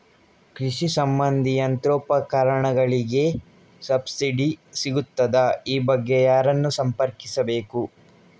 ಕೃಷಿ ಸಂಬಂಧಿ ಯಂತ್ರೋಪಕರಣಗಳಿಗೆ ಸಬ್ಸಿಡಿ ಸಿಗುತ್ತದಾ? ಈ ಬಗ್ಗೆ ಯಾರನ್ನು ಸಂಪರ್ಕಿಸಬೇಕು?